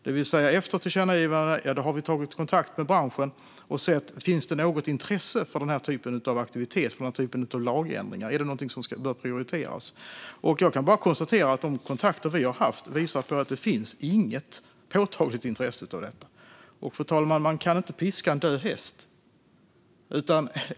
Det vill säga att efter tillkännagivandena har vi tagit kontakt med branschen och sett om det finns något intresse för den här typen av aktivitet, för den här typen av lagändringar. Är det något som bör prioriteras? Jag kan bara konstatera att de kontakter vi haft visar på att det inte finns något intresse för detta. Man kan inte piska en död häst, fru talman.